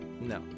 No